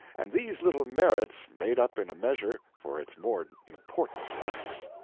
and these little merits made up in a measure for its more important lacks.